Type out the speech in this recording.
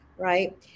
Right